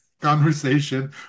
conversation